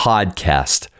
Podcast